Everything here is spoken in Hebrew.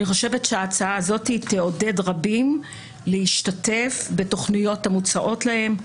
ההצעה הזאת תעודד רבים להשתתף בתכניות המוצעות להם,